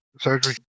surgery